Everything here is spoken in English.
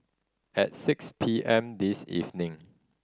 at six P M this evening